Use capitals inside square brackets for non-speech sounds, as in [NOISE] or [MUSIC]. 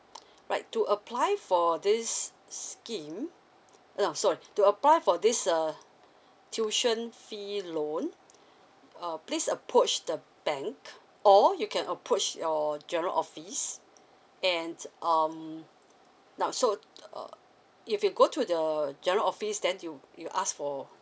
[NOISE] right to apply for this scheme no sorry to apply for this uh tuition fee loan uh please approach the bank or you can approach your general office and um now so uh if you go to the general office then you you ask for